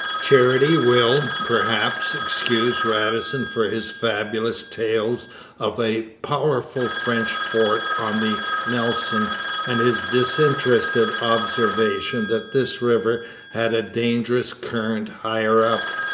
charity will, perhaps, excuse radisson for his fabulous tales of a powerful french fort on the nelson and his disinterested observation that this river had a dangerous current higher up.